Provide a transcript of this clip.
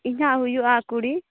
ᱤᱧᱟᱹᱜ ᱦᱩᱭᱩᱜᱼᱟ ᱠᱩᱲᱤ